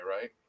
right